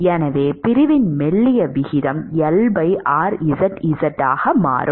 எனவே பிரிவின் மெல்லிய விகிதம் Lrzz ஆக மாறும்